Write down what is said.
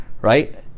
right